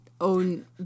own